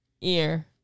ear